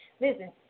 Listen